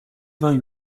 vingt